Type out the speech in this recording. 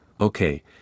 okay